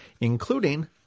including